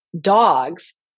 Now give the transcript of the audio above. dogs